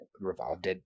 revolved